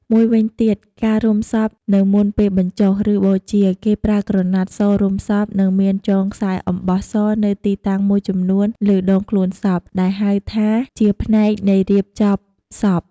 មូយវិញទៀតការរុំសព នៅមុនពេលបញ្ចុះ ឬបូជា គេប្រើក្រណាត់សរុំសព និងមានចងខ្សែអំបោះសនៅទីតាំងមួយចំនួនលើដងខ្លួនសព ដែលហៅថា ជាផ្នែកនៃរៀបចំសព។